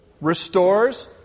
Restores